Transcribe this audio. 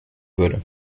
würde